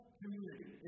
community